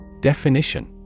Definition